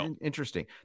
interesting